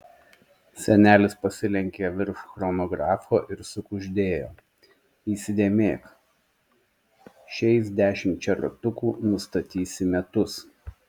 senelis pasilenkė virš chronografo ir sukuždėjo įsidėmėk šiais dešimčia ratukų nustatysi metus